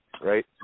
right